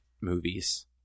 movies